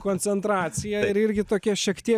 koncentracija ir irgi tokia šiek tiek